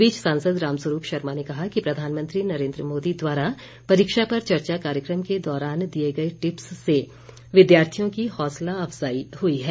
इस बीच सांसद रामस्वरूप शर्मा ने कहा कि प्रधानमंत्री नरेंद्र मोदी द्वारा परीक्षा पर चर्चा कार्यक्रम के दौरान दिए गए टिप्स से विद्यार्थियों की हौसला अफजाई हुई है